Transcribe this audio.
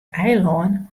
eilân